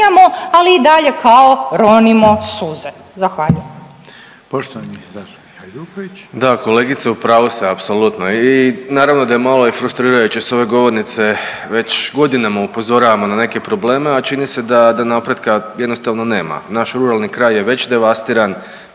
ali i dalje kao ronimo suze. Zahvaljujem.